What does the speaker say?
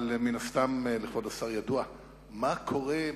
אבל מן הסתם לכבוד השר ידוע מה קורה,